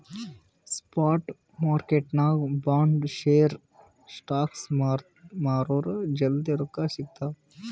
spot ಮಾರ್ಕೆಟ್ನಾಗ್ bond, share, stocks ಮಾರುರ್ ಜಲ್ದಿ ರೊಕ್ಕಾ ಸಿಗ್ತಾವ್